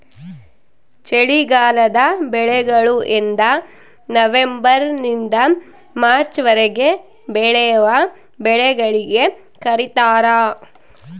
ಚಳಿಗಾಲದ ಬೆಳೆಗಳು ಎಂದನವಂಬರ್ ನಿಂದ ಮಾರ್ಚ್ ವರೆಗೆ ಬೆಳೆವ ಬೆಳೆಗಳಿಗೆ ಕರೀತಾರ